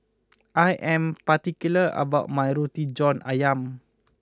I am particular about my Roti John Ayam